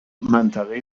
منطقهای